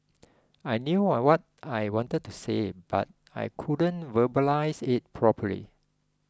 I knew I what I wanted to say but I couldn't verbalise it properly